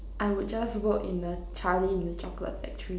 I would just work in a Charlie and the chocolate factory